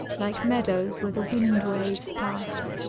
like meadows where the wind-waves pass